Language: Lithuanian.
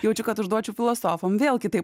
jaučiu kad užduočiau filosofam vėl kitaip